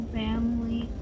family